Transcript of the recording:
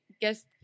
Guess